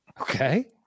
Okay